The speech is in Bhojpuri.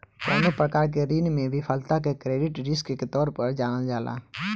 कवनो प्रकार के ऋण में विफलता के क्रेडिट रिस्क के तौर पर जानल जाला